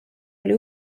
oli